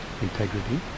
integrity